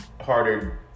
harder